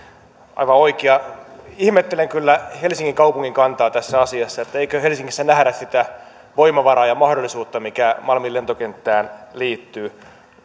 aivan oikea ihmettelen kyllä helsingin kaupungin kantaa tässä asiassa että eikö helsingissä nähdä sitä voimavaraa ja mahdollisuutta mikä malmin lentokenttään liittyy